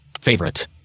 Favorite